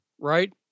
right